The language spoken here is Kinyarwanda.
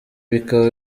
bikaba